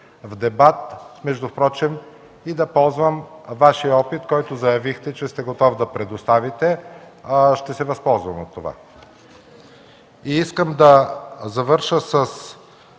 в дебат, между другото, и да ползвам Вашия опит, който заявихте, че сте готов да предоставите, ще се възползвам от това. Искам да завърша с